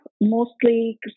mostly